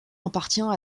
appartient